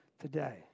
today